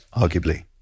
arguably